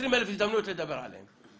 עשרים אלף הזדמנויות לדבר עליהן.